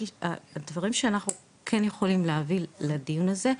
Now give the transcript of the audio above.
הדברים שאנחנו כן יכולים להביא לדיון הזה,